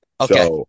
Okay